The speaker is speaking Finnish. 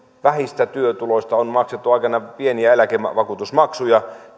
vähistä työtuloista on maksettu aikanaan pieniä eläkevakuutusmaksuja